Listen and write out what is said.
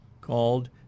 called